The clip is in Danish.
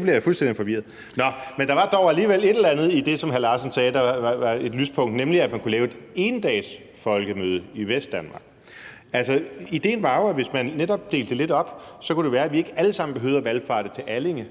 bliver jeg fuldstændig forvirret. Nå, men der var dog alligevel et eller andet i det, som hr. Steffen Larsen sagde, der var et lyspunkt, nemlig at man kunne lave et endagsfolkemøde i Vestdanmark. Idéen var jo, at hvis man netop delte det lidt op, kunne det være, vi ikke alle sammen behøvede at valfarte til Allinge